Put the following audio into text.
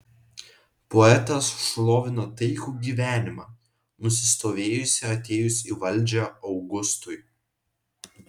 poetas šlovino taikų gyvenimą nusistovėjusį atėjus į valdžią augustui